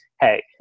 Hey